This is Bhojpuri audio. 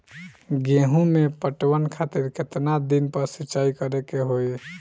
गेहूं में पटवन खातिर केतना दिन पर सिंचाई करें के होई?